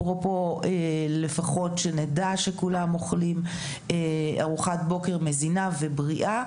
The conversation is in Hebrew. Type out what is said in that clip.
אפרופו לפחות שנדע שכולם אוכלים ארוחת בוקר מזינה ובריאה.